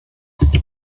sein